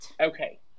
Okay